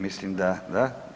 Mislim da da.